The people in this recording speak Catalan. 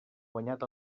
guanyat